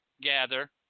gather